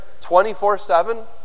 24-7